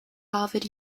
harvard